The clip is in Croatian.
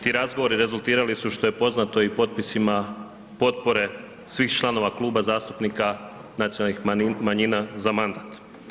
Ti razgovori rezultirali su, što je poznato i potpisima potpore svih članova Kluba zastupnika nacionalnih manjina za mandat.